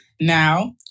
now